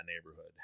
neighborhood